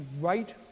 right